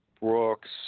Brooks